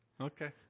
Okay